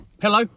Hello